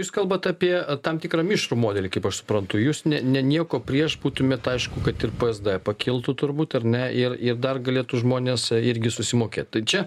jūs kalbat apie a tam tikrą mišrų modelį kaip aš suprantu jūs ne ne nieko prieš būtumėt aišku kad ir p es d pakiltų turbūt ar ne ir ir dar galėtų žmonės irgi susimokėt tai čia